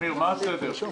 איפה ראית קנס כזה?